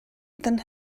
then